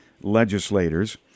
legislators